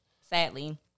sadly